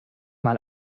mal